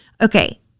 Okay